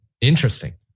Interesting